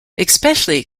especially